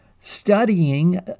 studying